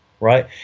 right